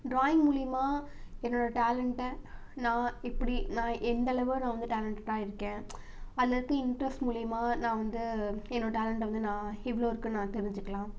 drawing மூலமா என்னோட டேலண்டை நான் இப்படி நான் எந்தளவு நான் டேலண்ட்டடாக இருக்கேன் அல்லது இன்ட்ரஸ்ட் மூலயுமா நான் வந்து என்னோட டேலண்டை வந்து நான் எவ்வளோ இருக்குதுனு நான் தெரிஞ்சுக்கிலாம்